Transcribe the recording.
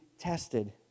tested